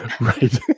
Right